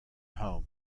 home